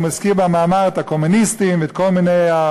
הוא מזכיר במאמר את הקומוניסטים ואת הבונדיסטים,